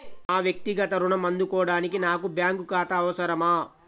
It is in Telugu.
నా వక్తిగత ఋణం అందుకోడానికి నాకు బ్యాంక్ ఖాతా అవసరమా?